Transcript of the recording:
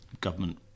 government